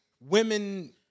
women